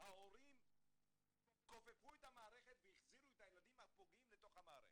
ההורים כופפו את המערכת והחזירו את הילדים הפוגעים לתוך המערכת.